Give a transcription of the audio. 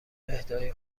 اهدای